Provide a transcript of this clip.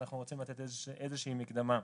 רוצים לתת איזושהי מקדמה.